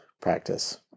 practice